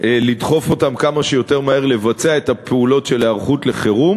לדחוף אותה לבצע כמה שיותר מהר את הפעולות של היערכות לחירום,